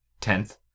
Tenth